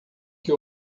que